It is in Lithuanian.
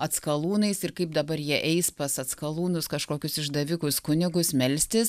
atskalūnais ir kaip dabar jie eis pas atskalūnus kažkokius išdavikus kunigus melstis